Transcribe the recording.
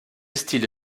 style